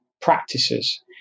practices